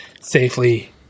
safely